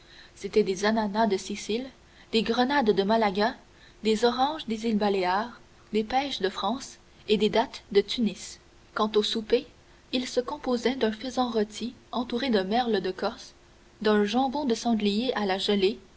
c'étaient des ananas de sicile des grenades de malaga des oranges des îles baléares des pêches de france et des dattes de tunis quant au souper il se composait d'un faisan rôti entouré de merles de corse d'un jambon de sanglier à la gelée